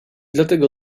dlatego